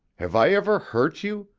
have i ever hurt you,